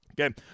Okay